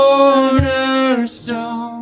Cornerstone